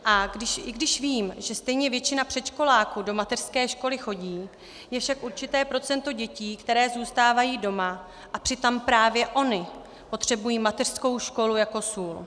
A i když vím, že stejně většina předškoláků do mateřské školy chodí, je však určité procento dětí, které zůstávají doma, a přitom právě ony potřebují mateřskou školu jako sůl.